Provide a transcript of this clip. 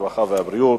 הרווחה והבריאות,